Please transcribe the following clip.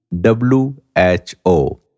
W-H-O